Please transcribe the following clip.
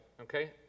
okay